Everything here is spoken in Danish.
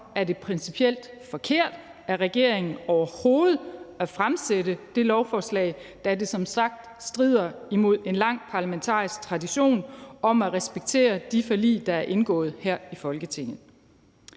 er det principielt forkert af regeringen overhovedet at fremsætte det lovforslag, da det som sagt strider imod en lang parlamentarisk tradition om at respektere de forlig, der er indgået her i Folketinget.